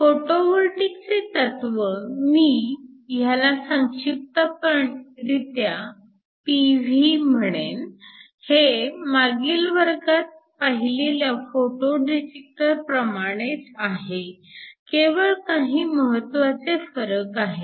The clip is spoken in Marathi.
फोटोवोल्टीक चे तत्व मी ह्याला संक्षिप्तरित्या PV म्हणेन हे मागील वर्गात पाहिलेल्या फोटो डिटेक्टर प्रमाणेच आहे केवळ काही महत्वाचे फरक आहेत